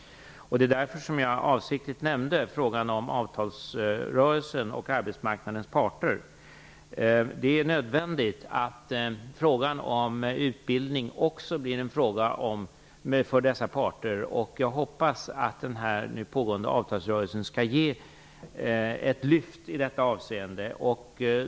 Därför nämnde jag avsiktligt frågan om avtalsrörelsen och arbetsmarknadens parter. Det är nödvändigt att frågan om utbildning också blir en fråga för dessa parter. Jag hoppas att den nu pågående avtalsrörelsen skall ge ett lyft i detta avseende.